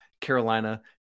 Carolina